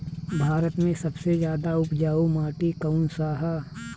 भारत मे सबसे ज्यादा उपजाऊ माटी कउन सा ह?